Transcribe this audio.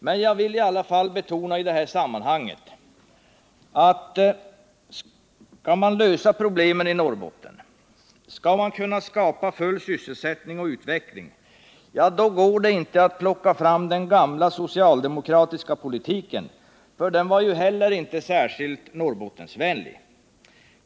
Men jag vill i alla fall i detta sammanhang betona att skall man lösa problemen i Norrbotten och skall man kunna skapa full sysselsättning och utveckling, går det inte att plocka fram den gamla socialdemokratiska politiken, för den var heller inte särskilt Norrbottensvänlig.